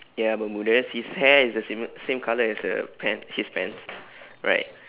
ya bermudas his hair is the same same colour as the pants his pants right